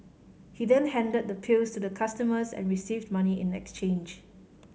he then handed the pills the customers and received money in exchange